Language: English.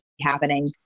happening